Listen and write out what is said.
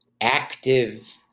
active